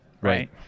Right